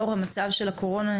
לאור המצב של הקורונה,